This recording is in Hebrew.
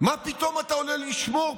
מה פתאום אתה עולה לשמור?